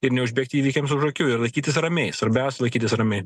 ir neužbėgti įvykiams už akių ir laikytis ramiai svarbiausia laikytis ramiai